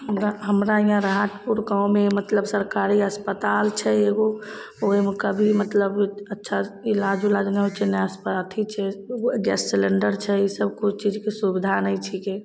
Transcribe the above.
हमरा हमरा हियाँ राहतपुर गाँवमे मतलब सरकारी अस्पताल छै एगो ओहिमे कभी मतलब अच्छा इलाज उलाज नहि होइत छै नहि आस पर अथी छै गैस सिलेंडर छै ई सब कोइ चीजके सुबिधा नहि छिकै